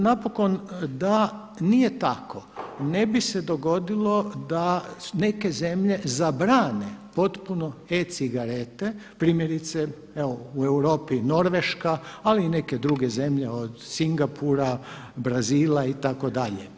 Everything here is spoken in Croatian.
Napokon da nije tako ne bi se dogodilo da neke zemlje zabrane potpuno e-cigarete primjerice evo u Europi Norveška, ali i neke druge zemlje od Singapura, Brazila itd.